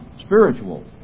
spiritual